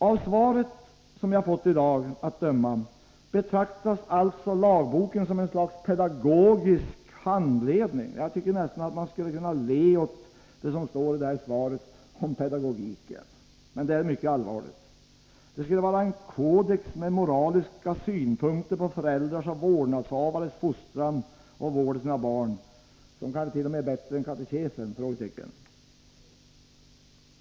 Av svaret att döma betraktas alltså lagboken som ett slags pedagogisk handledning. Jag tycker nästan att man kan le åt det som sägs i svaret om pedagogiken, trots att det är en mycket allvarlig sak: Det skulle vara en kodex med moraliska synpunkter på föräldrars och vårdnadshavares fostran samt vård av sina barn. Kanske t.o.m. bättre än katekesen?